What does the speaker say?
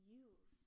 use